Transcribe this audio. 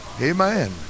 Amen